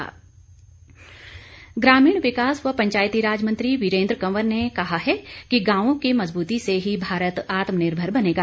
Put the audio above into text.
वीरेन्द्र कंवर ग्रामीण विकास व पंचायती राज मंत्री वीरेन्द्र कंवर ने कहा है कि गांवों की मजबूती से ही भारत आत्मनिर्भर बनेगा